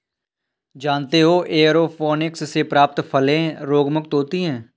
जानते हो एयरोपोनिक्स से प्राप्त फलें रोगमुक्त होती हैं